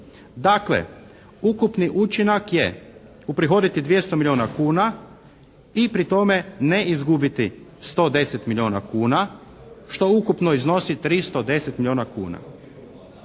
Dakle, ukupni učinak je uprihoditi 200 milijuna kuna i pri tome ne izgubiti 110 milijuna kuna što ukupno iznosi 310 milijuna kuna.